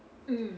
mm